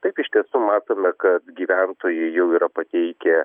taip iš tiesų matome kad gyventojai jau yra pateikę